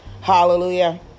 Hallelujah